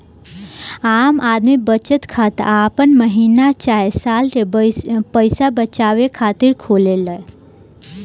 आम आदमी बचत खाता आपन महीना चाहे साल के पईसा बचावे ला खोलेले